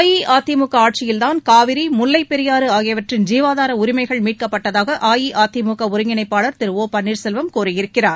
அஇஅதிமுக ஆட்சியில்தான் காவிரி முல்லை பெரியாறு ஆகியவற்றின் ஜீவாதார உரிமைகள் மீட்கப்பட்டதாக அஇஅதிமுக ஒருங்கிணைப்பாளர் திரு ஒ பன்னீர்செல்வம் கூறியிருக்கிறார்